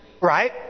right